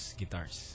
guitars